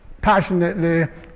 passionately